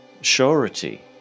surety